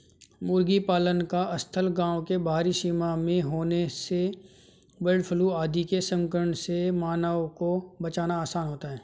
मुर्गी पालन का स्थल गाँव के बाहरी सीमा में होने से बर्डफ्लू आदि के संक्रमण से मानवों को बचाना आसान होता है